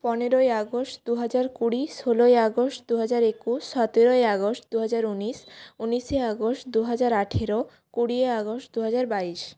পনেরোই আগস্ট দুহাজার কুড়ি ষোলোই আগস্ট দুহাজার একুশ সতেরোই আগস্ট দুহাজার উনিশ উনিশে আগস্ট দুহাজার আঠেরো কুড়ি আগস্ট দুহাজার বাইশ